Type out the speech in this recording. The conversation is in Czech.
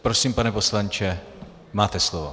Prosím, pane poslanče, máte slovo.